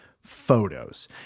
photos